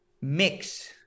mix